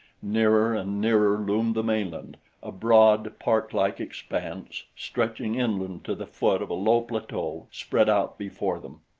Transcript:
nearer and nearer loomed the mainland a broad, parklike expanse stretching inland to the foot of a low plateau spread out before them.